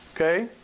Okay